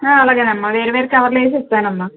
అలాగేనమ్మా వేరు వేరు కవర్లో వేసిస్తానమ్మా